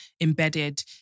embedded